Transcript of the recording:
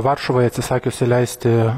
varšuvai atsisakius įleisti